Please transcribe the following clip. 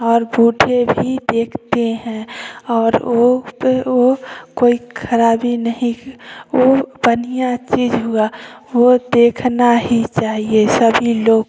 और बूढ़े भी देखते हैं और वो कोई खराबी नहीं वो बढ़िया चीज हुआ वो देखना ही चाहिए सभी लोग